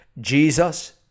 Jesus